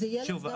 שוב,